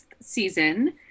season